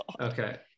Okay